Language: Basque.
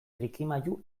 trikimailu